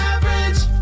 Average